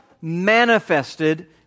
manifested